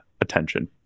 attention